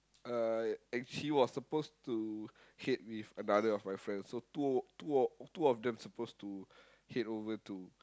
uh and she was supposed to head with another of my friend so two two of two of them suppose to head over to